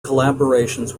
collaborations